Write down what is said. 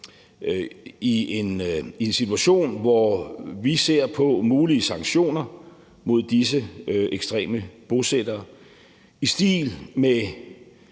i en situation, hvor vi ser på mulige sanktioner mod disse ekstreme bosættere i stil med